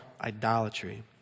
idolatry